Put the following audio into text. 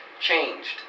changed